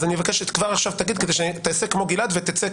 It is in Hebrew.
אני מבקש שכבר עכשיו תגיד ותעשה כמו גלעד ותצא,